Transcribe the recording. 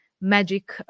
magic